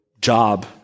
job